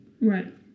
right